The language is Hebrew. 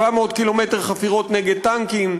700 קילומטר חפירות נגד טנקים,